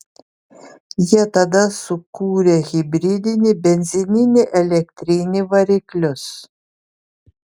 jie tada sukūrė hibridinį benzininį elektrinį variklius